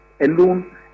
alone